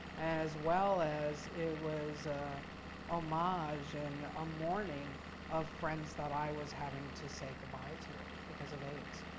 as well as it was a homage and a mourning of friends that i was having to say goodbye to because of aids.